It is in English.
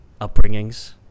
upbringings